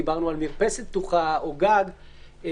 דיברנו על מרפסת פתוחה או גג פתוח.